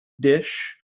dish